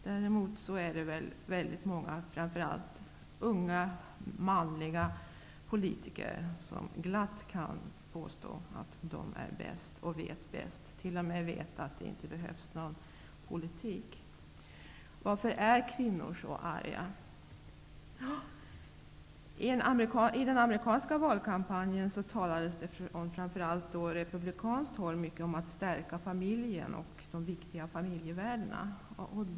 Däremot är det väldigt många, framför allt unga manliga politiker, som glatt påstår att de är bäst och vet bäst -- t.o.m. vet att politiken inte behövs. Varför är kvinnor så arga? I den amerikanska valkampanjen talades det, framför allt från republikanskt håll, mycket om att stärka familjen och om de viktiga familjevärdena.